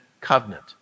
covenant